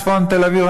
צפון תל-אביב,